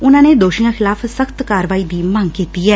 ਉਨਾਂ ਨੇ ਦੋਸ਼ੀਆਂ ਖਿਲਾਫ ਸਖਤ ਕਾਰਵਾਈ ਦੀ ਮੰਗ ਕੀਤੀ ਏ